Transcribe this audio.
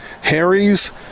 Harry's